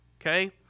okay